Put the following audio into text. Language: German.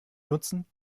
nutzen